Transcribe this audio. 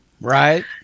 Right